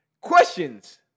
Questions